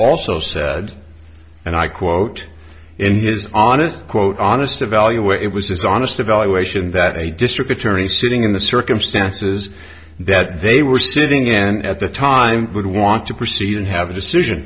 also said and i quote in his on it quote honest evaluate it was his honest evaluation that a district attorney sitting in the circumstances that they were sitting in at the time would want to proceed and have a decision